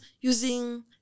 using